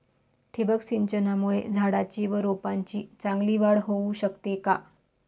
ठिबक सिंचनामुळे झाडाची व रोपांची चांगली वाढ होऊ शकते का?